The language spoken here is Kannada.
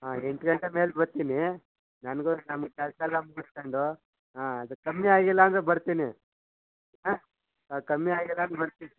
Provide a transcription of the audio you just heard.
ಹಾಂ ಎಂಟು ಗಂಟೆ ಮೇಲೆ ಬರ್ತೀನಿ ನಮಗು ನಮ್ಮ ಕೆಲಸ ಎಲ್ಲ ಮುಗಿಸ್ಕಂಡು ಹಾಂ ಅದು ಕಮ್ಮಿ ಆಗಿಲ್ಲ ಅಂದರೆ ಬರ್ತೀನಿ ಆಂ ಅದು ಕಮ್ಮಿ ಆಗಿಲ್ಲ ಅಂದ್ರೆ ಬರ್ತೀನಿ